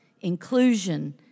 inclusion